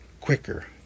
quicker